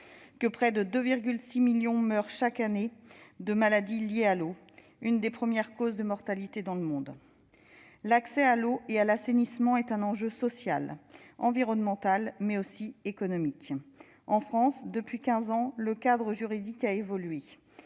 et près de 2,6 millions meurent chaque année de maladies liées à l'eau, l'une des premières causes de mortalité au monde. L'accès à l'eau et à l'assainissement est un enjeu social, environnemental, mais aussi économique. En France, depuis quinze ans, le cadre juridique a évolué.